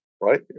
right